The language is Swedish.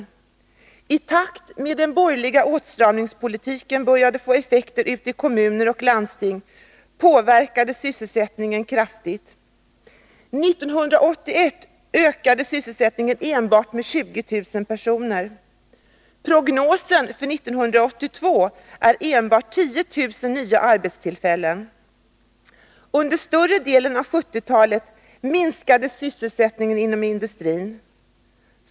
I takt med att den borgerliga åtstramningspolitiken började få effekter ute i kommuner och landsting påverkades sysselsättningen kraftigt. 1981 ökade sysselsättningen med enbart 20 000 personer. Prognosen för 1982 är enbart ca 10 000 nya arbetstillfällen. Under större delen av 1970-talet minskade sysselsättningen inom industrin.